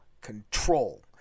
control